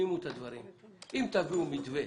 תביאו מתווה